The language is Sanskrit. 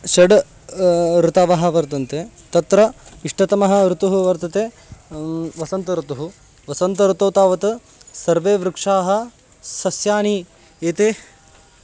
षड् ऋतवः वर्तन्ते तत्र इष्टतमः ऋतुः वर्तते वसन्त ऋातुः वसन्त ऋतौ तावत् सर्वे वृक्षाः सस्यानि एते